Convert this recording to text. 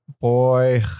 boy